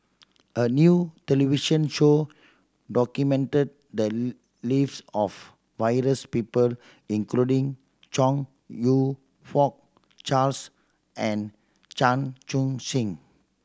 a new television show documented the lives of various people including Chong You Fook Charles and Chan Chun Sing